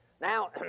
Now